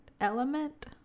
element